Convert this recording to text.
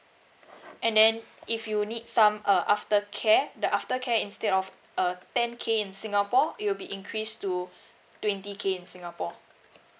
and then if you need some uh aftercare the aftercare instead of uh ten K in singapore it'll be increased to twenty K in singapore